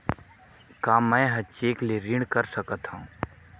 का मैं ह चेक ले ऋण कर सकथव?